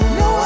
no